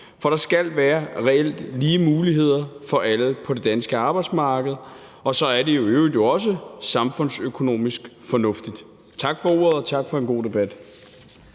For der skal reelt være lige muligheder for alle på det danske arbejdsmarked, og så er det jo i øvrigt også samfundsøkonomisk fornuftigt. Tak for ordet, og tak for en god debat.